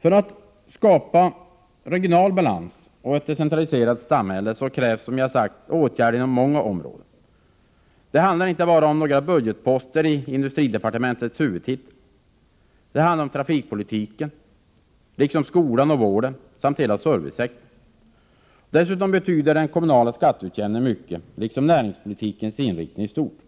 För att vi skall kunna skapa regional balans och ett decentraliserat samhälle krävs, som jag har sagt, åtgärder inom många områden. Det handlar inte bara om några budgetposter i industridepartementets huvudtitel. Det handlar om trafikpolitiken, liksom skolan och vården samt hela servicesektorn. Dessutom betyder den kommunala skatteutjämningen mycket, liksom näringspolitikens inriktning i stort.